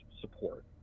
support